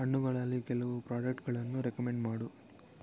ಹಣ್ಣುಗಳಲ್ಲಿ ಕೆಲವು ಪ್ರಾಡಕ್ಟ್ಗಳನ್ನು ರೆಕಮೆಂಡ್ ಮಾಡು